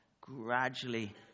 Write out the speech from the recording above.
gradually